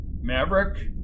Maverick